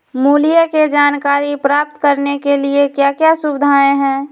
मूल्य के जानकारी प्राप्त करने के लिए क्या क्या सुविधाएं है?